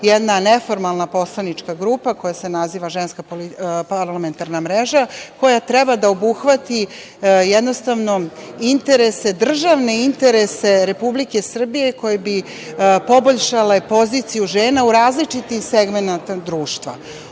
jedna neformalna poslanička grupa koja se naziva – Ženska parlamentarna mreža, koja treba da obuhvati državne interese Republike Srbije koje bi poboljšale poziciju žena u različitim segmentima društva. Ono